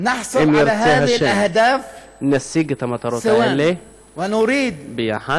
אם ירצה השם, נשיג את המטרות האלה יחד.